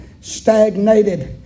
stagnated